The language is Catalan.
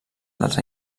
dels